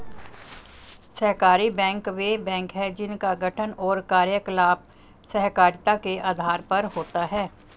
सहकारी बैंक वे बैंक हैं जिनका गठन और कार्यकलाप सहकारिता के आधार पर होता है